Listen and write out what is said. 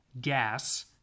gas